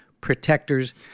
protectors